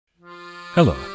Hello